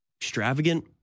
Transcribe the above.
extravagant